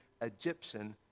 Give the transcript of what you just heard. Egyptian